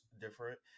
different